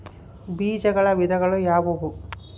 ಬೇಜಗಳ ವಿಧಗಳು ಯಾವುವು?